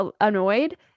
annoyed